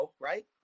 right